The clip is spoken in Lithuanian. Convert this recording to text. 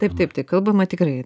taip taip tai kalbama tikrai